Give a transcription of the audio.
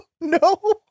no